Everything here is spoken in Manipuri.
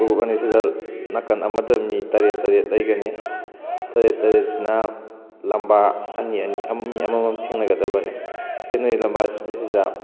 ꯒ꯭ꯔꯨꯞ ꯑꯅꯤꯁꯤꯗ ꯅꯥꯀꯟ ꯑꯃꯗ ꯃꯤ ꯇꯔꯦꯠ ꯇꯔꯦꯠ ꯂꯩꯒꯅꯤ ꯇꯔꯦꯠ ꯇꯔꯦꯠꯁꯤꯅ ꯂꯝꯕꯥ ꯑꯅꯤ ꯑꯅꯤ ꯃꯤ ꯑꯃꯃꯝ ꯊꯦꯡꯅꯒꯗꯕꯅꯤ ꯊꯦꯡꯅꯔꯤꯕ ꯂꯝꯕꯥ ꯁꯤꯗ